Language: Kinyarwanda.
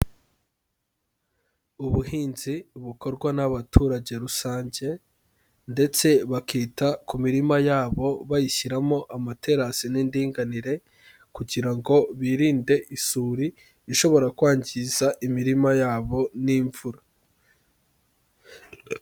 Ubuhinzi bukorwa n'abaturage rusange ndetse bakita ku mirima yabo bayishyiramo amaterasi n'indinganire, kugira ngo birinde isuri ishobora kwangiza imirima yabo n'imvura.